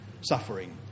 suffering